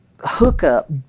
hookup